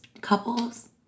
couples